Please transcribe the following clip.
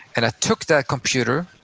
and i took that computer,